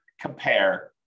compare